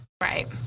Right